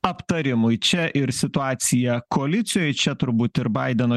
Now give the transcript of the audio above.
aptarimui čia ir situacija koalicijoj čia turbūt ir baideno